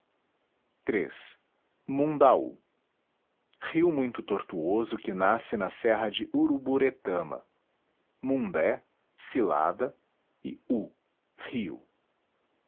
iii mundaú rio muito tortuoso que nasce na serra de uruburetama mundé cilada e hu rio